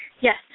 Yes